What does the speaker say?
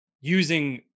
using